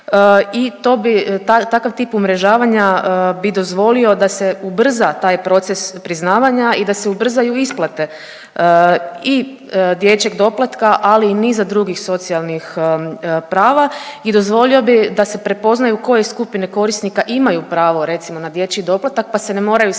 takav tip umrežavanja bi dozvolio da se ubrza taj proces priznavanja i da se ubrzaju isplate i dječjeg doplatka ali i niza drugih socijalnih prava i dozvolio bi da se prepoznaju koje skupine korisnika imaju pravo recimo na dječji doplatak pa se ne moraju sami